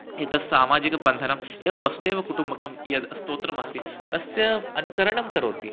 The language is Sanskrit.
एतद् सामाजिकबन्धनम् एवं वसुदेवकुटुम्बकं यद् स्त्रोत्रमस्ति तस्य अनुकरणं करोति